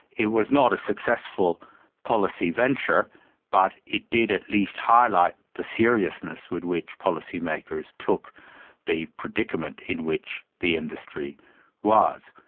it was not a successful policy venture but it did at least highlight the seriousness with which policymakers took the predicament in which the industry was.